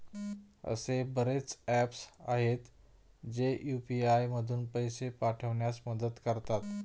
असे बरेच ऍप्स आहेत, जे यू.पी.आय मधून पैसे पाठविण्यास मदत करतात